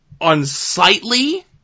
unsightly